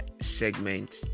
segment